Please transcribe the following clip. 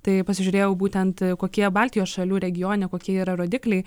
tai pasižiūrėjau būtent kokie baltijos šalių regione kokie yra rodikliai